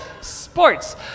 Sports